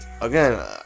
Again